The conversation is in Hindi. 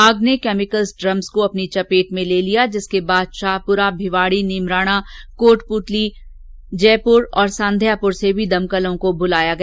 आग ने कैमिकल ड्रम्स को अपनी चपेट में ले लिया जिसके बाद शाहपुरा भिवाड़ी नीमराणा कोटपूतली ग्रासिम इंडस्ट्री जयपुर सांध्यापुर से भी दमकलों को बुलाया गया